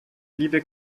liebe